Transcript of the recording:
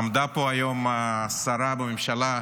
עמדה פה היום שרה בממשלה,